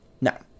Now